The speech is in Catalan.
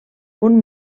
punt